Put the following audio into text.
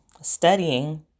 studying